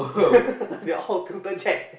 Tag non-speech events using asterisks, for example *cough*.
*laughs* they're all counter check